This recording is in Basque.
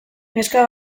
neska